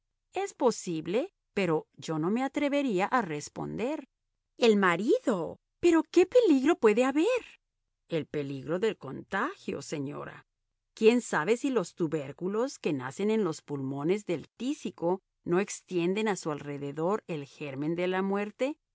es posible pero yo no me atrevería a responder el marido pero qué peligro puede haber el peligro del contagio señora quién sabe si los tubérculos que nacen en los pulmones del tísico no extienden a su alrededor el germen de la muerte